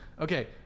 okay